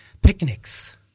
Picnics